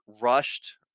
rushed